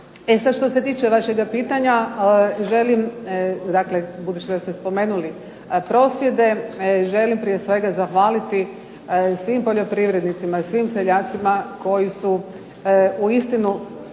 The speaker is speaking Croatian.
što se tiče vašega pitanja, želim dakle budući da ste spomenuli prosvjede, želim prije svega zahvaliti svim poljoprivrednicima, svim seljacima koji su uistinu,